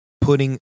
putting